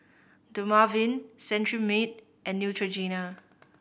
Dermaveen Cetrimide and Neutrogena